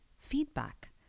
feedback